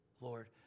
Lord